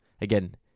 again